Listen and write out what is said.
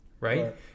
Right